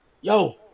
Yo